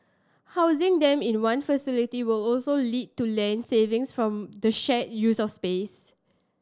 housing them in one facility will also lead to land savings from the shared use of space